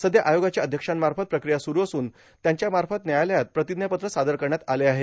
सध्या आयोगाच्या अध्यक्षांमार्फत प्रक्रिया सुरु असून त्यांच्या मार्फत व्यायालयात प्रतिज्ञापत्र सादर करण्यात आले आहे